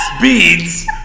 Beads